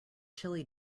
chili